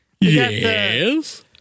Yes